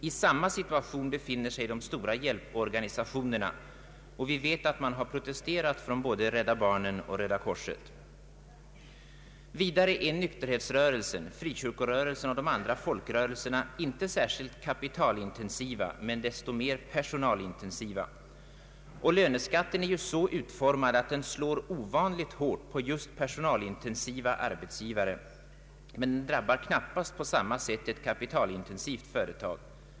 I samma situation befinner sig de stora hjälporganisationerna. Vi vet att både Rädda barnen och Röda korset har protesterat mot löneskatten. Vidare är nykterhetsrörelsen, frikyrkorörelsen och de andra folkrörelserna inte särskilt kapitalintensiva men desto mer personalintensiva. Löneskatten är så utformad att den slår ovanligt hårt på just personalintensiva arbetsgivare men knappast på samma sätt drab bar ett kapitalintensivt företag.